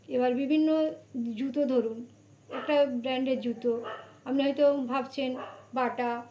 এবার বিভিন্ন জুতো ধরুন একটা ব্র্যান্ডের জুতো আপনি হয়তো ভাবছেন বাটা